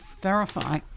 verify